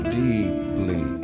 deeply